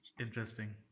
interesting